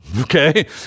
Okay